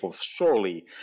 surely